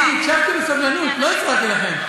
אני הקשבתי בסבלנות, לא הפרעתי לכם.